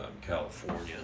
California